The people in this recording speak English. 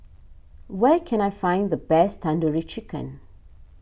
where can I find the best Tandoori Chicken